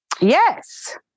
Yes